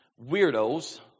weirdos